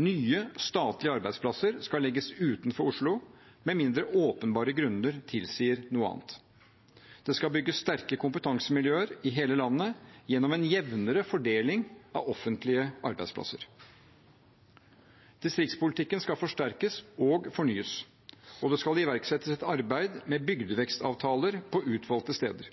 Nye statlige arbeidsplasser skal legges utenfor Oslo, med mindre åpenbare grunner tilsier noe annet. Det skal bygges sterke kompetansemiljøer i hele landet gjennom en jevnere fordeling av offentlige arbeidsplasser. Distriktspolitikken skal forsterkes og fornyes, og det skal iverksettes et arbeid med bygdevekstavtaler på utvalgte steder.